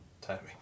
Timing